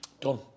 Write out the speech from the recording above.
Done